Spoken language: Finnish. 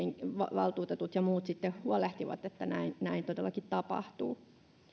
valtuutetut ja muut huolehtivat että näin näin todellakin tapahtuu